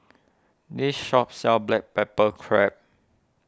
this shop sells Black Pepper Crab